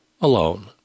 alone